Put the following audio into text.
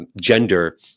gender